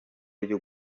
byo